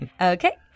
Okay